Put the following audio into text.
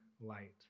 light